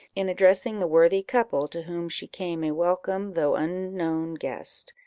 in addressing the worthy couple to whom she came a welcome, though unknown guest,